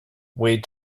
wait